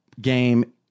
game